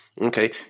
Okay